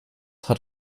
hat